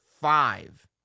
five